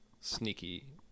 sneaky